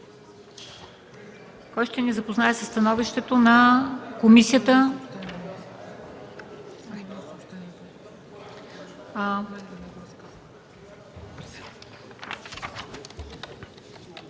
Кой ще ни запознае със становището на Комисията